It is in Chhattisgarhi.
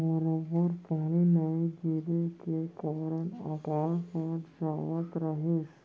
बरोबर पानी नइ गिरे के कारन अकाल पड़ जावत रहिस